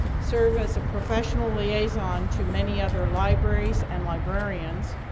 serves as a professional liaison to many other libraries and librarians.